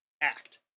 act